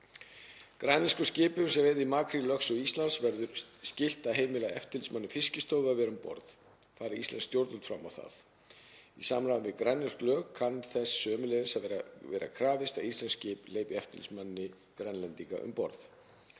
Grænlenskum skipum, sem veiða makríl í lögsögu Íslands, verður skylt að heimila eftirlitsmanni Fiskistofu að vera um borð, fari íslensk stjórnvöld fram á það. Í samræmi við grænlensk lög kann þess sömuleiðis að vera krafist að íslensk skip hleypi eftirlitsmanni Grænlendinga um borð.